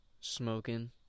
Smoking